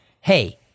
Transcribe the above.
Hey